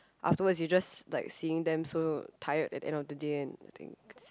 afterwards you just like seeing them so tired at end of the day and I think it's